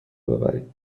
ببرید